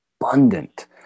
abundant